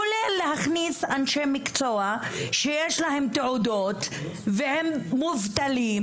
כולל להכניס אנשי מקצוע שיש להם תעודות והם מובטלים